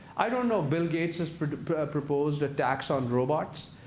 i don't know. bill gates has proposed a tax on robots.